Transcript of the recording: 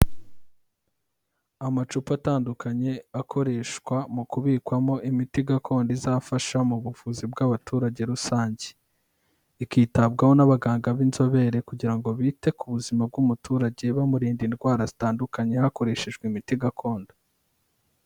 Amacupa atandukanye akoreshwa mu kubikwamo imiti gakondo izafasha mu buvuzi bw'abaturage rusange, ikitabwaho n'abaganga b'inzobere kugira ngo bite ku buzima bw'umuturage bamurinda indwara zitandukanye hakoreshejwe imiti gakondo.